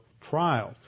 trial